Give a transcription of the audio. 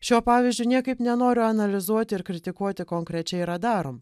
šio pavyzdžio niekaip nenoriu analizuoti ir kritikuoti konkrečiai radarom